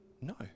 No